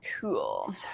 Cool